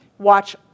watch